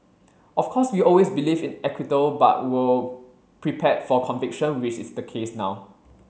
of course we always believed in acquittal but were prepared for conviction which is the case now